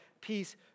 peace